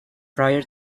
prior